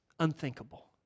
Unthinkable